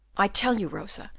i tell you, rosa,